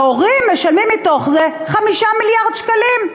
ההורים משלמים מתוך זה 5 מיליארד שקלים.